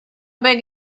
big